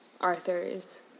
Arthur's